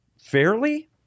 fairly